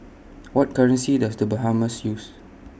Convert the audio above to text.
What currency Does The Bahamas use